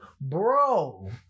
Bro